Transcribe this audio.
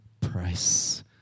price